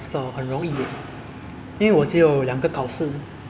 两个 module 是要考试的 ya 然后其它两个是做 lab 的